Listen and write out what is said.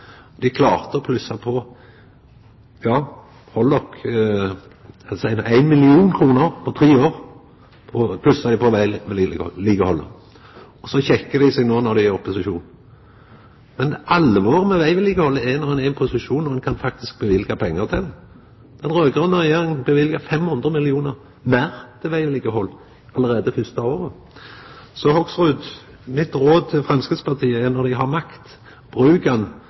dei klarte då å plussa på – ja, hald dykk fast – 1 mill. kr på vegvedlikehaldet på tre år. Og så kjekkar dei seg no når dei er i opposisjon! Men alvoret med vegvedlikehaldet kjem når ein er i posisjon og faktisk kan løyva pengar til det. Den raud-grøne regjeringa løyvde 500 mill. kr meir til vegvedlikehaldet allereie det første året. Så Hoksrud, mitt råd til Framstegspartiet er: Når de har makt,